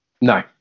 no